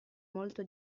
molto